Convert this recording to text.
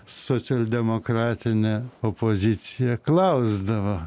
socialdemokratinė opozicija klausdavo